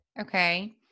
Okay